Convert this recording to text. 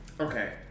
Okay